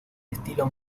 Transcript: estilo